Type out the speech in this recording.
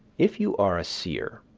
if you are a seer,